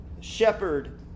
shepherd